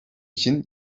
için